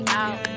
out